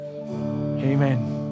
amen